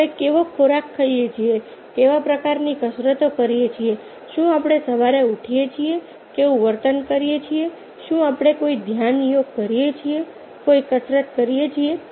આપણે કેવો ખોરાક ખાઈએ છીએ કેવા પ્રકારની કસરતો કરીએ છીએ શું આપણે સવારે ઉઠીએ છીએ કેવું વર્તન કરીએ છીએ શું આપણે કોઈ ધ્યાન યોગ કરીએ છીએ કોઈ કસરત કરીએ છીએ